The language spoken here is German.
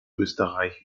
österreich